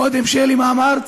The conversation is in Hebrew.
קודם, שלי, מה אמרת?